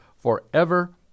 forever